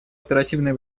оперативно